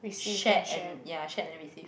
shared and ya shared and received